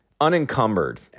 unencumbered